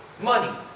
Money